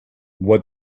what